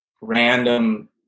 random